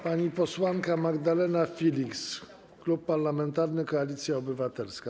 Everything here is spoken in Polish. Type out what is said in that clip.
Pani posłanka Magdalena Filiks, Klub Parlamentarny Koalicja Obywatelska.